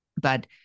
but-